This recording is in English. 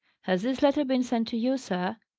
has this letter been sent to you, sir?